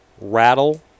rattle